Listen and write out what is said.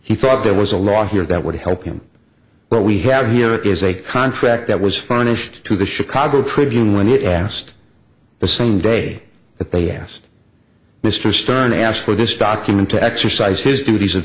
he thought there was a law here that would help him but we have here is a contract that was funniest to the chicago tribune when it asked the same day that they asked mr stern to ask for this document to exercise his duties